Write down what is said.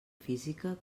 física